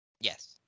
Yes